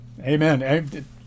Amen